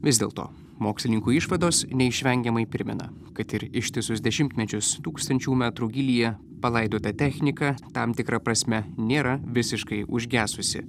vis dėlto mokslininkų išvados neišvengiamai primena kad ir ištisus dešimtmečius tūkstančių metrų gylyje palaidota technika tam tikra prasme nėra visiškai užgesusi